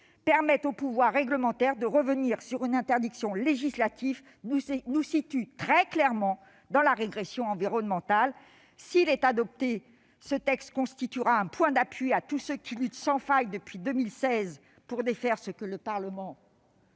permettre au pouvoir réglementaire de revenir sur une interdiction législative nous situe très clairement dans la régression environnementale. S'il est adopté, ce texte constituera un point d'appui à tous ceux qui luttent sans faille depuis 2016 pour défaire ce que le Parlement